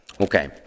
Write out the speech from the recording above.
Okay